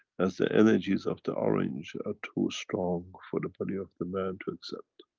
as the energies of the orange are too strong for the body of the man to accept.